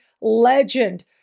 legend